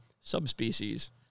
subspecies